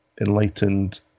Enlightened